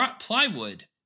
plywood